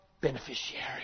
beneficiary